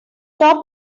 top